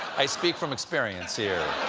i speak from experience here.